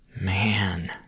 Man